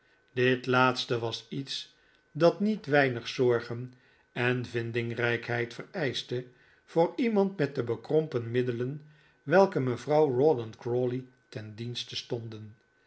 dit laatste was iets dat niet weinig zorgen en vindingrijkheid vereischte voor iemand met de bekrompen middelen welke mevrouw rawdon crawley ten dienste stonden